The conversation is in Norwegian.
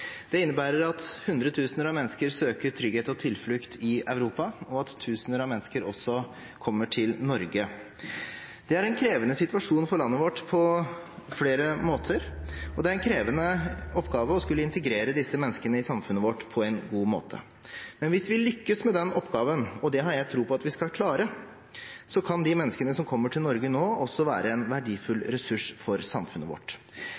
Det innebærer at hundretusener av mennesker søker trygghet og tilflukt i Europa, og at tusener av mennesker kommer til Norge. Dette er en krevende situasjon på flere måter for landet vårt, og det er en krevende oppgave å integrere disse menneskene på en god måte i samfunnet vårt. Hvis vi lykkes med oppgaven – og det har jeg tro på at vi skal klare – kan de menneskene som kommer til Norge nå, være en verdifull ressurs for samfunnet vårt.